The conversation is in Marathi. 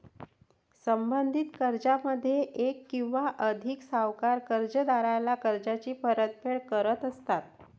संबंधित कर्जामध्ये एक किंवा अधिक सावकार कर्जदाराला कर्जाची परतफेड करत असतात